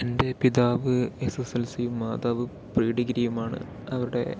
എൻ്റെ പിതാവ് S S L C യും മാതാവ് പ്രീഡിഗ്രിയുമാണ് അവരുടെ